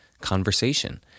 conversation